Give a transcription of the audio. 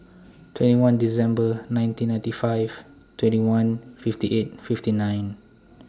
twenty one December nineteen ninety five twenty one fifty eight fifty nine